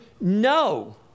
no